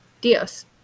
Dios